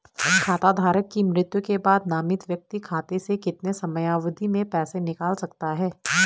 खाता धारक की मृत्यु के बाद नामित व्यक्ति खाते से कितने समयावधि में पैसे निकाल सकता है?